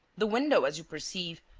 the window, as you perceive,